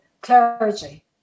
clergy